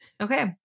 Okay